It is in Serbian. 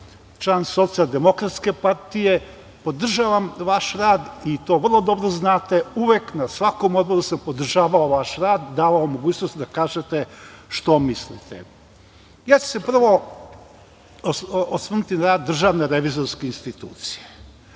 član Socijaldemokratske partije podržavam vaš rad i to vrlo dobro znate. Uvek na svakom odboru sam podržavao vaš rad i davao mogućnost da kažete šta mislite. Ja ću se prvo osvrnuti na rad DRI. Redovno pratim